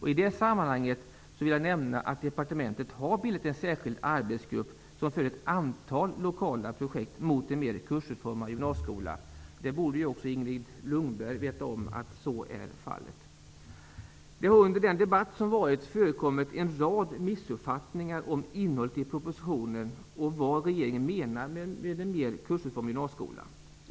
I det sammanhanget vill jag nämna att man på departementet har bildat en särskild arbetsgrupp, som bedriver ett antal lokala projekt mot en mer kursutformad gymnasieskola. Också Inger Lundberg borde ju veta att så är fallet. Det har under den debatt som har förts förekommit en rad missuppfattningar om innehållet i propositionen och vad regeringen menar med en mer kursutformad gymnasieskola.